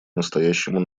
настоящему